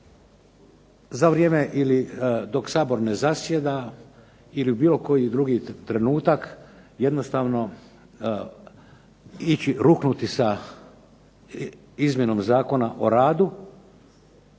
za vrijeme ili dok Sabor ne zasjeda ili u bilo koji drugi trenutak jednostavno ići ruknuti sa izmjenom Zakona o radu